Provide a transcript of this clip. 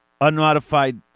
Unmodified